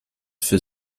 für